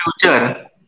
future